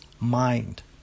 mind